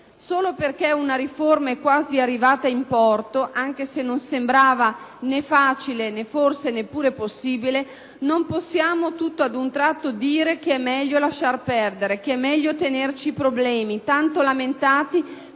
Solo perché una riforma è quasi arrivata in porto, anche se non sembrava, né facile, né forse neppure possibile, non possiamo tutto ad un tratto dire che è meglio lasciar perdere, che è meglio tenerci i problemi tanto lamentati,